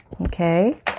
okay